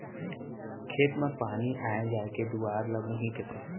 खेत म पानी आय जाय के दुवार ल मुंही कथें